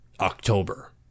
october